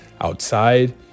outside